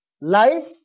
life